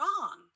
wrong